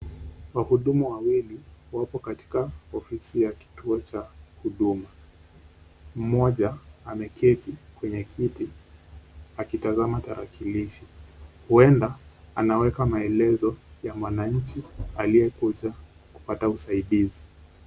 Wahudumu wawili wako katika ofisi ya kituo cha huduma. Mmoja ameketi kwenye kiti akitazama tarakilishi. Huenda anaweka maelezo ya mwanamke aliyekuja kupata usaidizi.